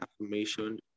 affirmation